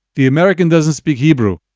the american doesn't speak hebrew.